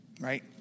right